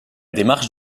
démarche